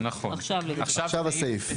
עכשיו הסעיף.